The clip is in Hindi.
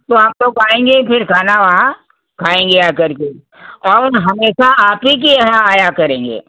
तो हम लोग आएंगे फिर खाना वहाँ खाएंगे आ कर के और हमेशा आप ही के यहाँ आया करेंगे